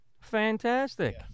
Fantastic